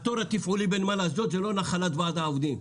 התור התפעולי בנמל אשדוד זה לא נחלת ועד העובדים.